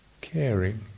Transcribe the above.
Caring